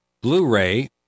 Blu-ray